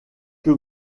que